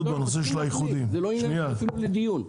בנושא האיחודים --- זה אפילו לא עניין שהוא לדיון,